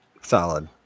Solid